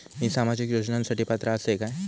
मी सामाजिक योजनांसाठी पात्र असय काय?